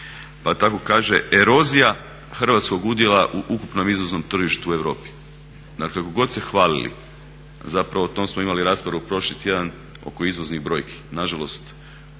Pa tako kaže erozija hrvatskog udjela u ukupnom izvoznom tržištu u Europi. Dakle koliko god se hvalili, zapravo o tom smo imali raspravu prošli tjedan oko izvoznih brojki, nažalost